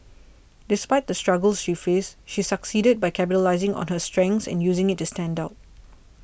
despite the struggles she faced she succeeded by capitalising on her strengths and using it to stand out